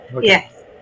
yes